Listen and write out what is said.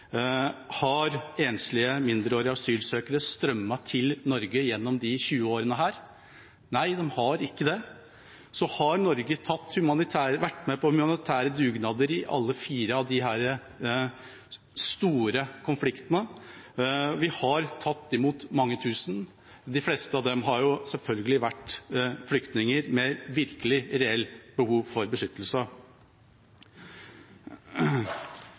Har enslige mindreårige asylsøkere strømmet til Norge gjennom disse 20 årene? Nei, de har ikke det. Norge har vært med på humanitære dugnader i alle disse fire store konfliktene. Vi har tatt imot mange tusen, og de fleste av dem har selvfølgelig vært flyktninger med et reelt behov for beskyttelse.